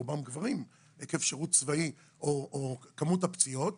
רובם גברים עקב שירות צבאי או כמות הפציעות